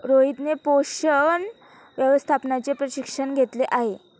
रोहितने पोषण व्यवस्थापनाचे प्रशिक्षण घेतले आहे